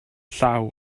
llaw